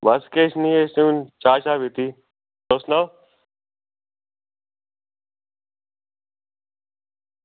बस किश निं बस चाह् पीती तुस सनाओ